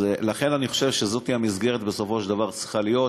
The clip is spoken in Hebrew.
לכן אני חושב שזאת המסגרת שבסופו של דבר צריכה להיות: